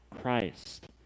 Christ